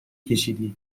کشیدی